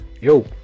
yo